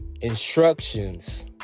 instructions